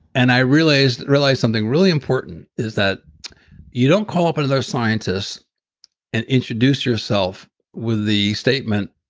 and i realized realized something really important is that you don't call up one of those scientists and introduce yourself with the statement,